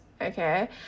Okay